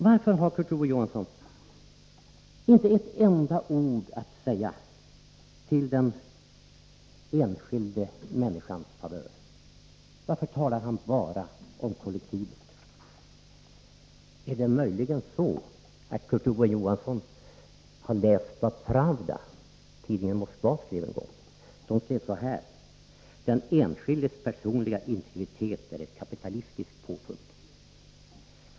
Varför har Kurt Ove Johansson inte ett enda ord att säga till den enskilda människans favör? Varför talar han bara om kollektivet? Har Kurt Ove Johansson möjligen läst vad tidningen Pravda i Moskva skriver? Den säger att ”den enskildes personliga integritet är ett kapitalistiskt påfund”.